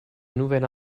nouvelle